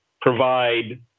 provide